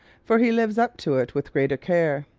for he lives up to it with greater care.